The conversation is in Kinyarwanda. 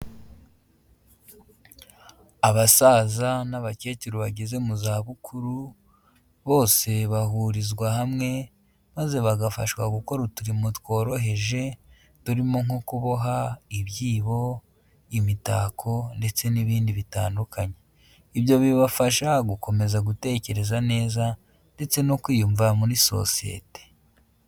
Abasaza n'abakecuru bageze mu zabukuru bose bahurizwa hamwe, maze bagafashwa gukora uturimo tworoheje, turimo nko kuboha ibyibo, imitako ndetse n'ibindi bitandukanye, ibyo bibafasha gukomeza gutekereza neza, ndetse no kwiyumva muri sosiyete.